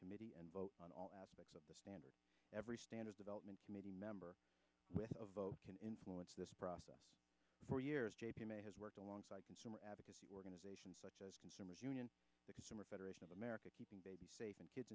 committee and vote on all aspects of the standard every standard development committee member with of can influence this process for years j p m a has worked alongside consumer advocacy organizations such as consumers union the consumer federation of america keeping baby safe and kids